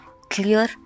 clear